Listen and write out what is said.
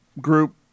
group